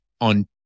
on